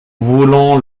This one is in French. voulons